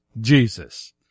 Jesus